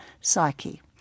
psyche